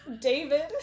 david